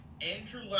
Andrew